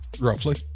Roughly